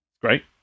Great